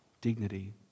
dignity